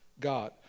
God